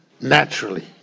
naturally